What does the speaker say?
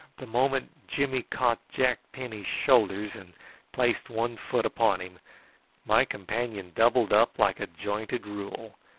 the moment jimmy caught jack penny's shoulders and placed one foot upon him my companion doubled up like a jointed rule,